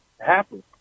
happen